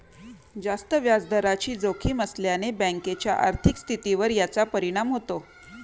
जास्त व्याजदराची जोखीम असल्याने बँकेच्या आर्थिक स्थितीवर याचा परिणाम होतो